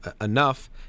enough